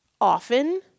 Often